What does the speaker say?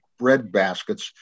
breadbaskets